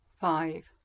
Five